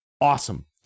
awesome